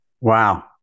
Wow